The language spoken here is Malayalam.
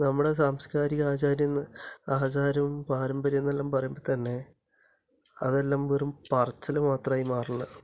നമ്മുടെ സാംസ്കാരിക ആചാരം ആചാരവും പാരമ്പര്യവും എന്നെല്ലാം പറയുമ്പോൾ തന്നെ അതെല്ലാം വെറും പറച്ചിൽ മാത്രായി മാറൽ